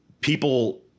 people